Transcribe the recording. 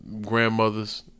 Grandmothers